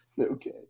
Okay